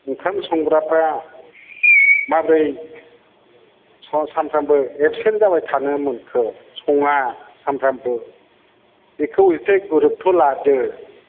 ओंखाम संग्राफ्रा माब्रै सानफ्रामबो एबसेन्ट जाबाय थानो मोनखो सङा सामफ्रामबो बेखौ एसे गुरुत्त' लादो